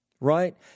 Right